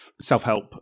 self-help